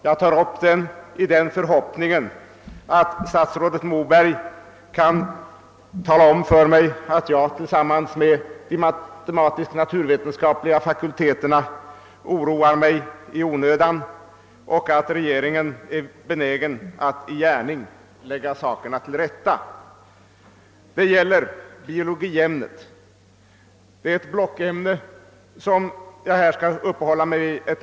Jag tar upp den i den förhoppningen att statsrådet Moberg kan tala om för mig, att jag tillsammans med de matematiskt naturvetenskapliga fakulteterna oroar mig i onödan och att regeringen är benägen att i gärning lägga sakerna till rätta. Det gäller blockämnet biologi.